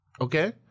Okay